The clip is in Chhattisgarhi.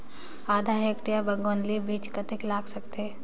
आधा हेक्टेयर बर गोंदली बीच कतेक लाग सकथे?